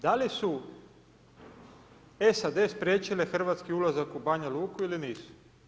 Da li su SAD spriječile hrvatski ulazak u Banja Luku ili nisu?